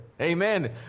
Amen